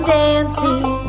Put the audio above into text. dancing